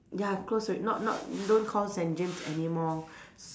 ya closed al~ not not don't call Saint James anymore